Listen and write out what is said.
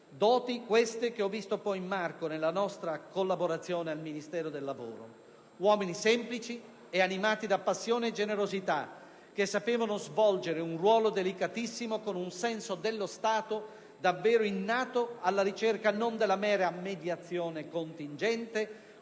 Doti, queste, che ho visto poi in Marco, nella nostra collaborazione al Ministero del lavoro. Uomini semplici e animati da passione e generosità, che sapevano svolgere un ruolo delicatissimo con un senso dello Stato davvero innato, alla ricerca non della mera mediazione contingente